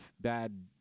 bad